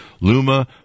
Luma